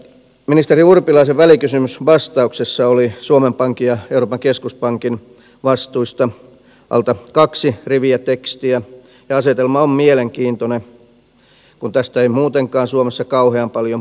ministeri urpilaisen välikysymysvastauksessa oli suomen pankin ja euroopan keskuspankin vastuista alta kaksi riviä tekstiä ja asetelma on mielenkiintoinen kun tästä ei muutenkaan suomessa kauhean paljon puhuta